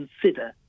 consider